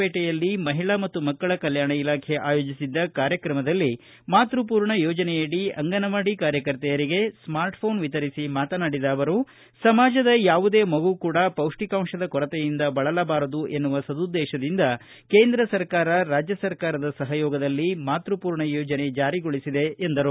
ಪೇಟೆಯಲ್ಲಿ ಮಹಿಳಾ ಮತ್ತು ಮಕ್ಕಳ ಕಲ್ತಾಣ ಇಲಾಖೆ ಆಯೋಜಿಸಿದ್ದ ಕಾರ್ಯಕ್ರಮದಲ್ಲಿ ಮಾತೃಪೂರ್ಣ ಯೋಜನೆಯಡಿ ಅಂಗನವಾಡಿ ಕಾರ್ಯಕರ್ತೆಯರಿಗೆ ಸ್ಮಾರ್ಟ್ ಪೋನ್ ವಿಶರಿಸಿ ಮಾತನಾಡಿದ ಅವರು ಸಮಾಜದ ಯಾವುದೇ ಮಗುವು ಕೂಡ ಪೌಷ್ಠಿಕಾಂಶದ ಕೊರತೆಯಿಂದ ಬಳಲಬಾರದೆಂಬ ಸದುದ್ದೇಶದಿಂದ ಕೇಂದ್ರ ಸರ್ಕಾರ ರಾಜ್ಯ ಸರ್ಕಾರದ ಸಹಯೋಗದಲ್ಲಿ ಮಾತ್ಸಪೂರ್ಣ ಕಾರ್ಯಕ್ರಮ ಜಾರಿಗೊಳಿಸಲಾಗಿದೆ ಎಂದರು